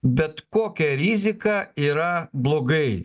bet kokia rizika yra blogai